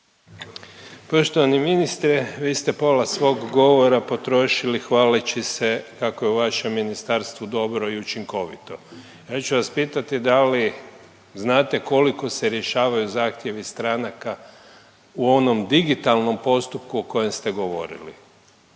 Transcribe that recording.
Poštovani ministre, vi ste pola svog govora potrošili hvaleći se kako je u vašem ministarstvu dobro i učinkovito. Ja ću vas pitati da li znate koliko se rješavaju zahtjevi stranaka u onom digitalnom postupku o kojem ste govorili?